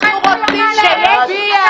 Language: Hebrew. אנחנו רוצים להצביע.